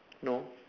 no